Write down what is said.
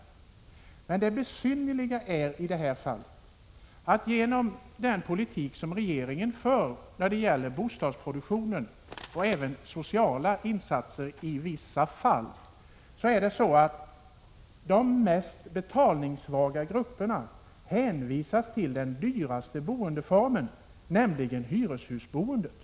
Men det besynnerliga i detta fall är att den politik som regeringen för när det gäller bostadsproduktionen och även de sociala insatserna i vissa fall innebär att de mest betalningssvaga grupperna hänvisas till den dyraste boendeformen, nämligen hyreshusboendet.